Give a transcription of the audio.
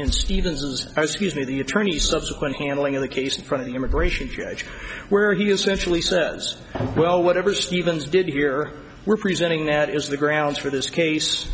in stevens's scuse me the attorney subsequent handling of the case in front of the immigration judge where he essentially says well whatever stevens did here we're presenting that is the grounds for this case